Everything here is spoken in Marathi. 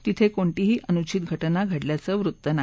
तिथे कोणतीही अनुषित घटना घडल्याचं वृत्त नाही